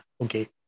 okay